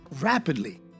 rapidly